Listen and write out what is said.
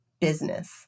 business